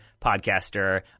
podcaster